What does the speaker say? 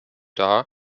dar